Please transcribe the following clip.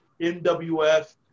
NWF